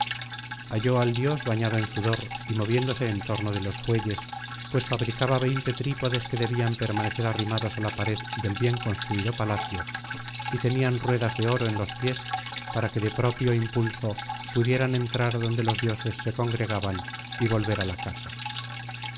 halló al dios bañado en sudor y moviéndose en torno de los fuelles pues fabricaba veinte trípodes que debían permanecer arrimados á la pared del bien construido palacio y tenían ruedas de oro en los pies para que de propio impulso pudieran entrar donde los dioses se congregaban y volver á la casa